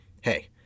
hey